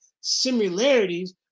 similarities